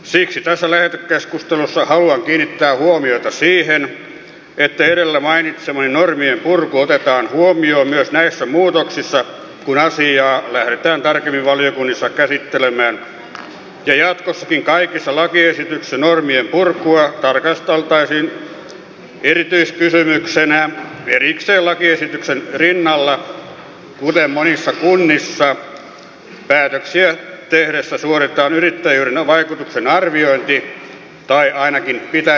siksi tässä lähetekeskustelussa haluan kiinnittää huomiota siihen että edellä mainitsemani normien purku otetaan huomioon myös näissä muutoksissa kun asiaa lähdetään tarkemmin valiokunnissa käsittelemään ja jatkossakin kaikissa lakiesityksissä normien purkua tarkasteltaisiin erityiskysymyksenä erikseen lakiesityksen rinnalla kuten monissa kunnissa päätöksiä tehtäessä suoritetaan yritysvaikutusten arviointi tai ainakin pitäisi suorittaa